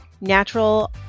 natural